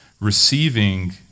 receiving